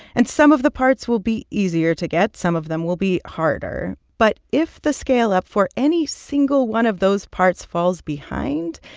and some of the parts will be easier to get, some of them will be harder. but if the scale-up for any single one of those parts falls behind,